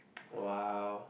wow